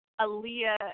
Aaliyah